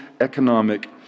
economic